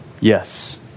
Yes